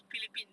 philippines